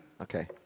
Okay